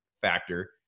factor